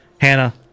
Hannah